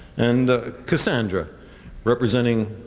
and cassandra representing,